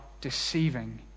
deceiving